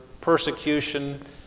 persecution